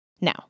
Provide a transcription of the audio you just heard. Now